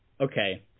okay